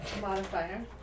modifier